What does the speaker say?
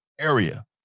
area